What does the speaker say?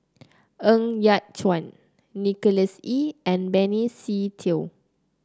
Ng Yat Chuan Nicholas Ee and Benny Se Teo